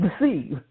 deceive